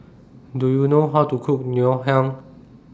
Do YOU know How to Cook Ngoh Hiang